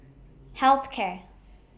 Health Care